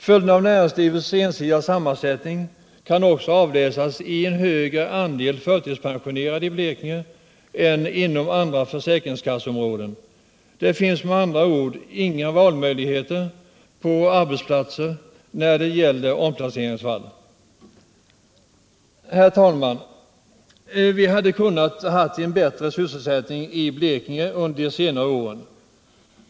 Följderna av näringslivets ensidiga sammansättning kan också avläsas i en högre andel förtidspensionerade i Blekinge än inom andra försäkringskasseområden. Det finns med andra ord inga valmöjligheter på arbetsplatser när det gäller omplaceringsfall. Herr talman! Vi hade till en del kunnat ha ett bättre sysselsättningsläge i Blekinge under senare år.